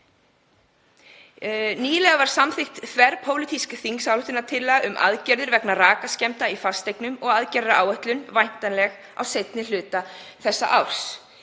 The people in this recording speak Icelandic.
Nýlega var samþykkt þverpólitísk þingsályktunartillaga um aðgerðir vegna rakaskemmda í fasteignum og aðgerðaáætlun væntanleg á seinni hluta þessa árs.